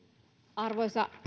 arvoisa